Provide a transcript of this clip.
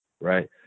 right